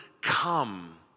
come